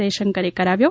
જય શંકરે કરાવ્યો